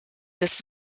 des